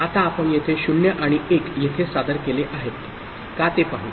आता आपण येथे 0 आणि १ येथे सादर केले आहेत का ते पाहू